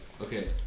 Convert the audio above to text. Okay